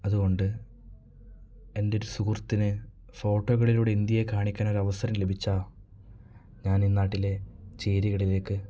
അതുകൊണ്ട് എൻ്റെ ഒരു സുഹൃത്തിനെ ഫോട്ടോകളിലൂടെ ഇന്ത്യയെ കാണിക്കാനൊരു അവസരം ലഭിച്ചാൽ ഞാൻ ഈ നാട്ടിലെ ചേരികളിലേക്ക്